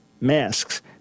masks